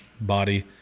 body